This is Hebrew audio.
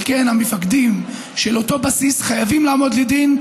על כן המפקדים של אותו בסיס חייבים לעמוד לדין,